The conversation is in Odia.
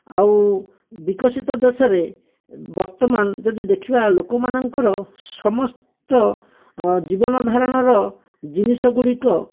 ଆଉ ବିକଶିତ ଦେଶରେ ବର୍ତ୍ତମାନ ଯଦି ଦେଖିବା ଲୋକମାନଙ୍କର ସମସ୍ତ ଜୀବନଧାରଣର ଜିନିଷଗୁଡ଼ିକ